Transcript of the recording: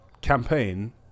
campaign